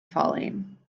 falling